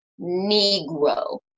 Negro